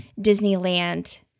Disneyland